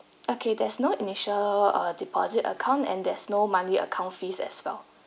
okay there's no initial uh deposit account and there's no monthly account fees as well